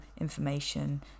information